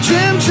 Jim